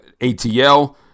ATL